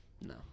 No